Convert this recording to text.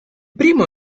primo